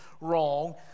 wrong